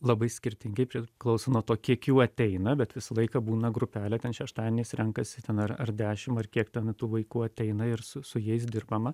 labai skirtingai priklauso nuo to kiek jų ateina bet visą laiką būna grupelė ten šeštadieniais renkasi ten ar ar dešim ar kiek ten tų vaikų ateina ir su su jais dirbama